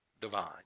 divine